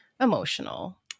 emotional